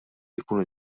jkunu